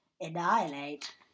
annihilate